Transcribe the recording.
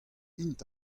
int